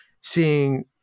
seeing –